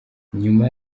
nyuma